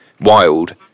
wild